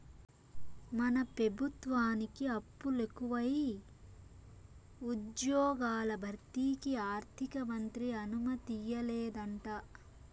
మన పెబుత్వానికి అప్పులెకువై ఉజ్జ్యోగాల భర్తీకి ఆర్థికమంత్రి అనుమతియ్యలేదంట